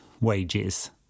wages